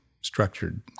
structured